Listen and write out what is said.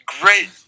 great